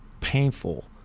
painful